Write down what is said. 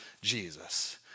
Jesus